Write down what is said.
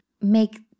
make